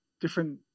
different